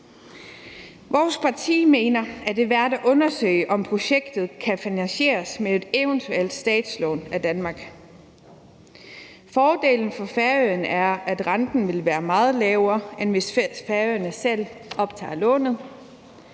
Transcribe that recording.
Vores parti mener, at det er værd at undersøge, om projektet kan finansieres med et eventuelt statslån optaget af Danmark. Fordelen for Færøerne er, at renten vil være meget lavere, end hvis Færøerne selv optager lånet.